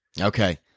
okay